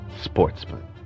sportsman